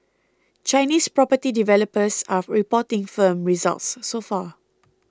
Chinese property developers are reporting firm results so far